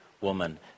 woman